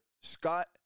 Scott